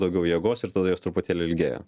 daugiau jėgos ir tada jos truputėlį ilgėja